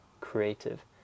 creative